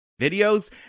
Videos